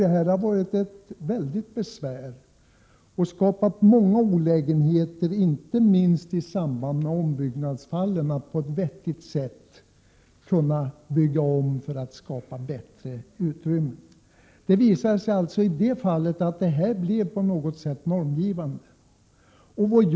Detta har varit till ett mycket stort besvär och har skapat många olägenheter inte minst när det gäller att på ett vettigt sätt kunna bygga om för att därigenom skapa större utrymmen. Det visade sig alltså att dessa 14 m? på något sätt blev normgivande.